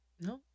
No